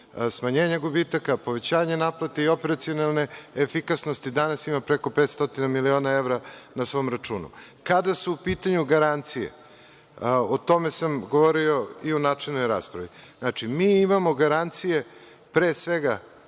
smanjenja gubitaka, povećanja naplate i operacionalne efikasnosti, danas ima preko 500 miliona evra na svom računu. Kada su u pitanju garancije, o tome sam govorio i u načelnoj raspravi, mi imamo garancije pre svega